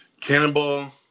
Cannonball